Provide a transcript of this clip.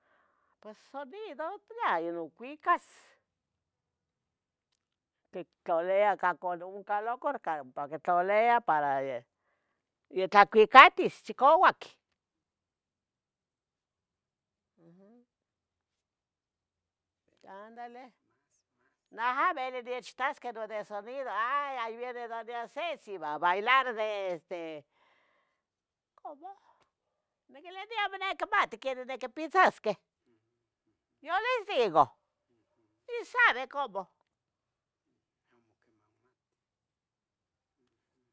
Pos abido pla ino cuicas, quitlalia cucalucaroua ompa quitlalia para itlcuicatis chicouac, uhm, ándale, naha bili nechtasqueh no de subida, ha, hay viene doña Ceci va bailar de este, ¿Cómo? niquilbia neh amo nicmati quenih naquipitzasqueh, yo les digo, ni sabe cómo